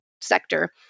sector